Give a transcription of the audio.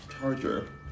charger